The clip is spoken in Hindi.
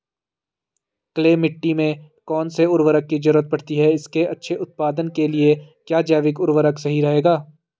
क्ले मिट्टी में कौन से उर्वरक की जरूरत पड़ती है इसके अच्छे उत्पादन के लिए क्या जैविक उर्वरक सही रहेगा?